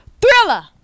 Thriller